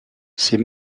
ses